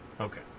Okay